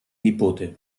nipote